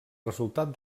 resultat